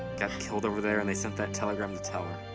got killed over there and they sent that telegram to tell